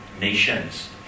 nations